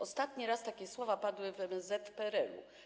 Ostatni raz takie słowa padły w MSZ w PRL-u.